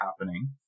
happening